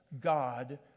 God